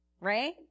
right